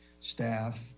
staff